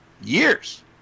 years